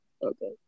okay